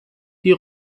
die